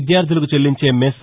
విద్యార్దులకు చెల్లించే మెస్